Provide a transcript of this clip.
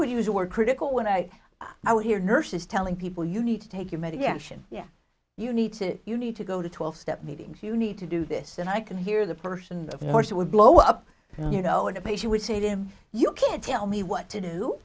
would use the word critical when i i would hear nurses telling people you need to take your medication yeah you need to you need to go to twelve step meetings you need to do this and i can hear the person of course would blow up you know at a pace you would say to them you can't tell me what to do